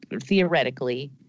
theoretically